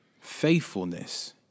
faithfulness